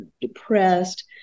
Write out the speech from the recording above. depressed